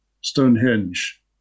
Stonehenge